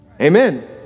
Amen